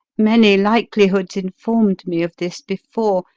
many likelihoods inform'd me of this before,